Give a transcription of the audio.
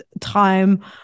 time